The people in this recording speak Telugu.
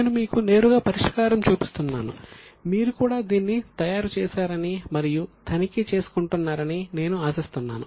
నేను మీకు నేరుగా పరిష్కారం చూపిస్తున్నాను మీరు కూడా దీన్ని తయారు చేశారని మరియు తనిఖీ చేసుకుంటున్నారని నేను ఆశిస్తున్నాను